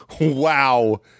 Wow